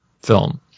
film